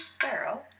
barrel